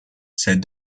said